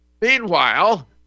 Meanwhile